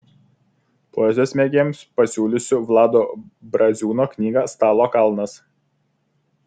poezijos mėgėjams pasiūlysiu vlado braziūno knygą stalo kalnas